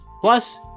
Plus